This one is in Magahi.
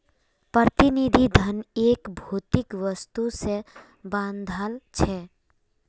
प्रतिनिधि धन एक भौतिक वस्तु से बंधाल छे